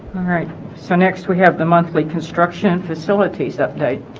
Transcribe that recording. all right so next we have the monthly construction facilities update